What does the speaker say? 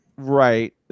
Right